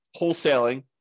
wholesaling